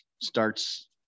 starts